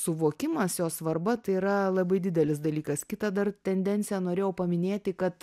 suvokimas jo svarba tai yra labai didelis dalykas kitą dar tendenciją norėjau paminėti kad